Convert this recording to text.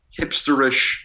hipsterish